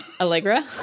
Allegra